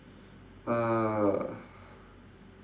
uh